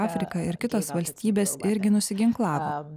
afrika ir kitos valstybės irgi nusiginklavo